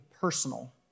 personal